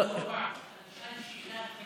שאלה: למה בכל פעם שאתה נשאל שאלה,